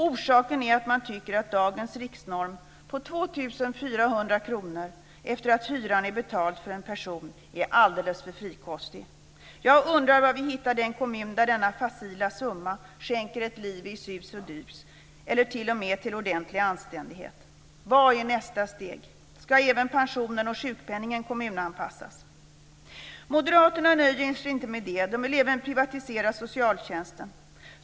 Orsaken är att man tycker att dagens riksnorm på 2 400 kr efter det att hyran är betald för en person är alldeles för frikostig. Jag undrar var vi hittar den kommun där denna facila summa skänker ett liv i sus och dus eller t.o.m. i ordentlig anständighet. Vad är nästa steg? Ska även pensionen och sjukpenningen kommunanpassas? Moderaterna nöjer sig inte med det. De vill även privatisera socialtjänsten.